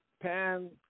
pan